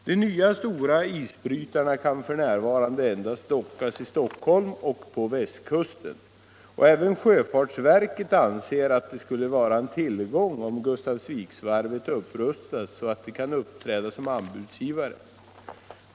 De nya stora isbrytarna kan f. n. endast dockas i Stockholm och på västkusten, och även sjöfartsverket anser att det skulle vara en tillgång om Gustafsviksvarvet upprustas så att det kan uppträda såsom anbudsgivare.